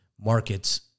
markets